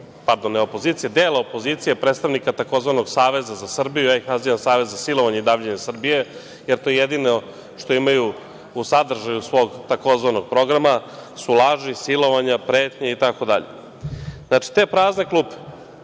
dana, nema ni jednog dela opozicije, predstavnika takozvanog Saveza za Srbiju, ja ih nazivam savez za silovanje i davljenje Srbije, jer to je jedino što imaju u sadržaju svog, takozvanog programa, su laži, silovanje, pretnje itd. Znači, te prazne klupe,